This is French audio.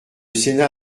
sénat